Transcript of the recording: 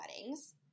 weddings